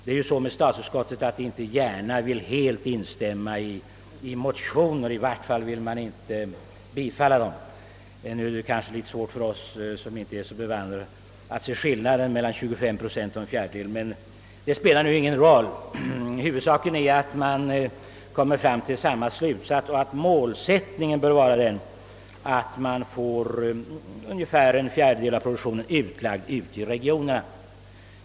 Det är ju så med statsutskottet, att det inte gärna vill instämma i motioner, i varje fall vill man inte tillstyrka bifall till dem. Nu är det kanske litet svårt för den obevandrade att se skillnaden mellan 25 procent och en fjärdedel, men det spelar nu ingen roll. Huvudsaken är att man kommer fram till samma slutsats, att målsättningen bör vara att få ungefär en fjärdedel av produktionen utlagd i regionerna.